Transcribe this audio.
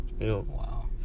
wow